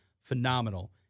phenomenal